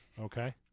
Okay